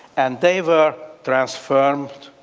and they were transformed.